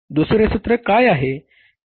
दुसरे सूत्र काय आहे